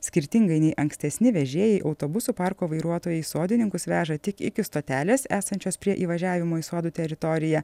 skirtingai nei ankstesni vežėjai autobusų parko vairuotojai sodininkus veža tik iki stotelės esančios prie įvažiavimo į sodų teritoriją